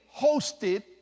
hosted